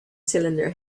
cylinder